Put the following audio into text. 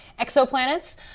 exoplanets